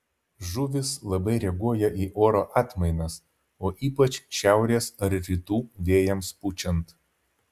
žuvys labai reaguoja į oro atmainas ypač šiaurės ar rytų vėjams pučiant